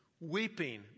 Weeping